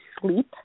sleep